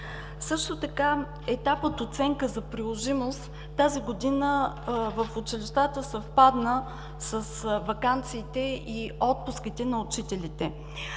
Също така етап от оценка за приложимост тази година в училищата съвпадна с ваканциите и отпуските на учителите.